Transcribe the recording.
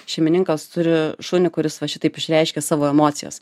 šeimininkas turi šunį kuris va šitaip išreiškia savo emocijas